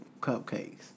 cupcakes